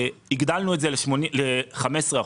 הגדלנו את זה ל-15%.